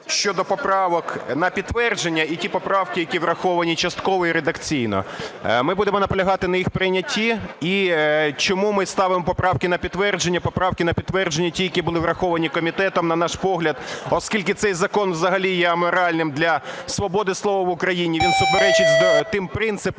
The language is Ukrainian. щодо поправок на підтвердження і ті поправки, які враховані частково і редакційно, ми будемо наполягати на їх прийнятті. І чому ми ставимо поправки на підтвердження? Поправки на підтвердження ті, які були враховані комітетом, на наш погляд, оскільки цей закон взагалі є аморальним для свободи слова в Україні, він суперечить тим принципам